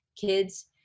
kids